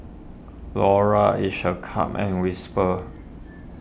Laura Each a cup and Whisper